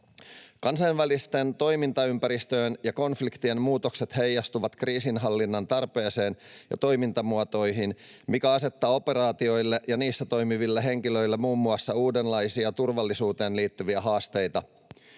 Kansainvälisen toimintaympäristön ja konfliktien muutokset heijastuvat kriisinhallinnan tarpeeseen ja toimintamuotoihin, mikä asettaa operaatioille ja niissä toimiville henkilöille muun muassa uudenlaisia turvallisuuteen liittyviä haasteita.